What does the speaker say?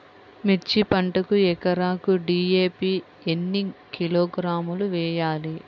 మిర్చి పంటకు ఎకరాకు డీ.ఏ.పీ ఎన్ని కిలోగ్రాములు వేయాలి?